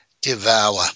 devour